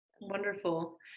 Wonderful